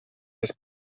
des